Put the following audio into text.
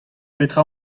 petra